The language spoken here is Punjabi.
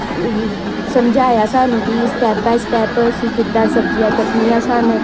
ਸਮਝਾਇਆ ਸਾਨੂੰ ਕਿ ਸਟੈਪ ਬਾਏ ਸਟੈਪ ਅਸੀਂ ਕਿੱਦਾਂ ਸਬਜ਼ੀਆਂ ਕੱਟਣੀਆਂ ਸਨ